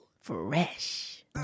Fresh